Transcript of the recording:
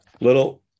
little